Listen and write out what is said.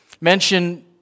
Mention